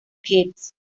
kids